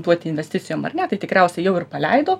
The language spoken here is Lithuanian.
duoti investicijom ar ne tai tikriausiai jau ir paleido